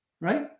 Right